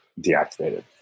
deactivated